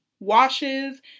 washes